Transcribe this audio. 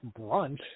Brunch